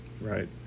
right